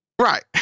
Right